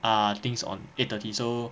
ah things on eight thirty so